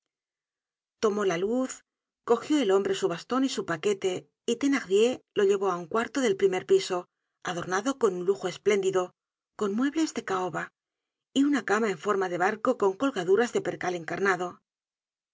tomó la luz cogió el hombre su baston y su paquete y thenardier lo llevó á un cuarto del primer piso adornado con un lujo espléndido can muebles de caoba y una cama en forma de barco con colgaduras de percal encarnado